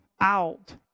out